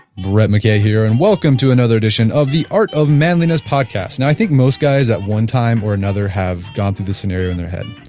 brett mckay here and welcome to another edition of the art of manliness podcast. now i think most guys at one time or another have gone through this scenario in their head.